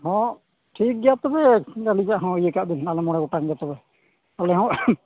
ᱦᱳᱭ ᱴᱷᱤᱠᱜᱮᱭᱟ ᱛᱚᱵᱮ ᱟᱹᱞᱤᱧᱟᱜᱦᱚᱸ ᱤᱭᱟᱹᱠᱟᱜᱵᱤᱱ ᱢᱚᱬᱮ ᱜᱚᱴᱟᱝᱜᱮ ᱛᱚᱵᱮ ᱟᱞᱮᱦᱚᱸ